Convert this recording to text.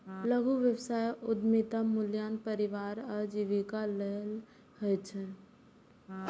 लघु व्यवसाय उद्यमिता मूलतः परिवारक आजीविका लेल होइ छै